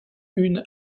une